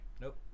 Nope